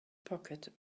pocket